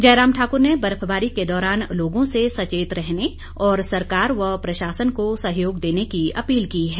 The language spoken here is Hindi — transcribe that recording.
जयराम ठाकुर ने बर्फबारी के दौरान लोगों से सचेत रहने और सरकार व प्रशासन को सहयोग देने की अपील की है